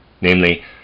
namely